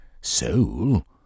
soul